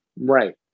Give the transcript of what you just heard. Right